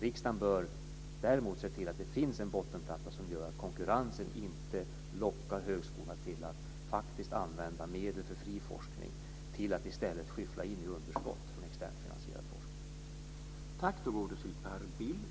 Riksdagen bör däremot se till att det finns en bottenplatta som gör att konkurrensen inte lockar högskolorna till att faktiskt använda medel för fri forskning till att i stället skyffla in i underskott från externfinansierad forskning.